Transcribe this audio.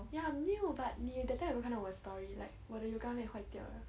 ya 没有 but 你也 that time 你有没有看到我的 story like 我的 yoga mat 坏掉了